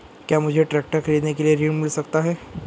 क्या मुझे ट्रैक्टर खरीदने के लिए ऋण मिल सकता है?